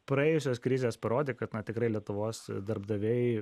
praėjusios krizės parodė kad na tikrai lietuvos darbdaviai